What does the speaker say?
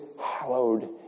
hallowed